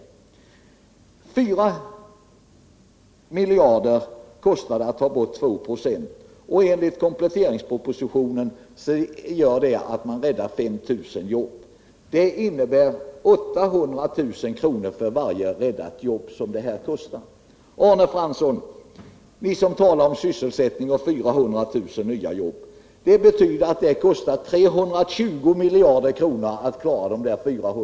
Det kostar 4 miljarder kronor att minska arbetsgivaravgiften med 296, och enligt kompletteringspropositionen räddar man därmed 5 000 jobb. Det gör 800 000 kr. för varje räddat jobb. Ni som talar om sysselsättning och 400 000 nya jobb skall då veta att det kostar 320 miljarder kronor att klara dessa jobb.